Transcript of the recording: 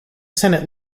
senate